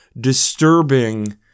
disturbing